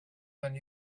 than